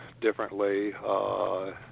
differently